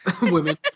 women